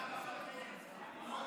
ההצעה להעביר את הצעת חוק דמי ביטוח לאומי